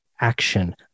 Action